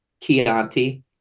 Chianti